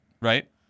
Right